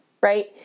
Right